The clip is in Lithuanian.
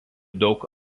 daug